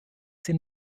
den